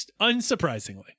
unsurprisingly